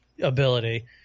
ability